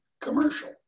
commercial